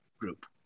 group